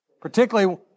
Particularly